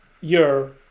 year